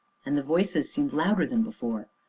and the voices seemed louder than before,